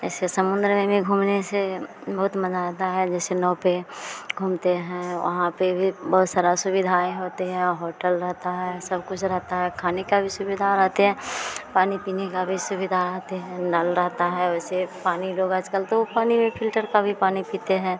ऐसे समुद्र में घूमने से बहुत मज़ा आता है जैसे नाव पर घूमते हैं वहाँ पर भी बहुत सारी सुविधाएँ होती हैं वहाँ होटल रहता है सब कुछ रहता है खाने की भी सुविधा रहती है पानी पीने की भी सुविधा होती है नल रहता है वैसे पानी लोग आजकल तो पानी में फिल्टर का भी पानी पीते हैं